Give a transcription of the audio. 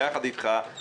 ביחד אתך,